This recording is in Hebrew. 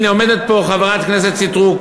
הנה, עומדת פה חברת הכנסת סטרוק.